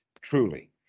truly